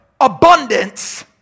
abundance